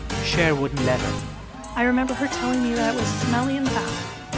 cher wouldn't let her i remember her telling me that it was smelly in the bathroom.